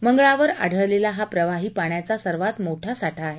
मंगळावर आढळलेला हा प्रवाही पाण्याचा सर्वात मोठा साठा आहे